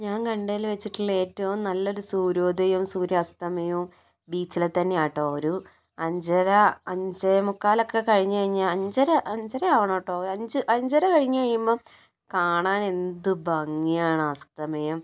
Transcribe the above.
ഞാൻ കണ്ടതിൽ വെച്ചിട്ടുള്ള ഏറ്റവും നല്ലൊരു സൂര്യോദയവും സൂര്യാസ്ഥമയവും ബീച്ചിലെ തന്നെയാണ് കേട്ടോ ഒരു അഞ്ചര അഞ്ചേമുക്കാലൊക്കെ കഴിഞ്ഞ് കഴിഞ്ഞാൽ അഞ്ചര അഞ്ചര അവണം കേട്ടോ ഒരു ആഞ്ച് അഞ്ചര കഴിഞ്ഞ് കഴിയുമ്പം കാണാൻ എന്ത് ഭംഗിയാണ് അസ്തമയം